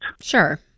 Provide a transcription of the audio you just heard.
Sure